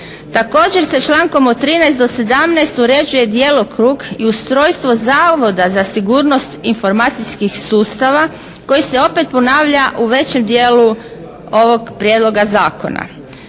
Također se člankom od 13. do 17. uređuje djelokrug i ustrojstvo Zavoda za sigurnost informacijskih sustava koji se opet ponavlja u većem dijelu ovog prijedloga zakona.